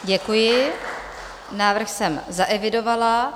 Děkuji, návrh jsem zaevidovala.